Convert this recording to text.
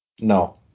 No